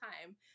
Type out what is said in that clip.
time